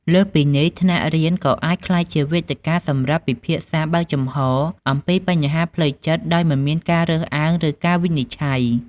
លើសពីនេះ ថ្នាក់រៀនក៏អាចក្លាយជាវេទិកាសម្រាប់ការពិភាក្សាបើកចំហអំពីបញ្ហាផ្លូវចិត្តដោយមិនមានការរើសអើងឬការវិនិច្ឆ័យ។